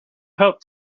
hoped